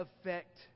affect